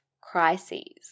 crises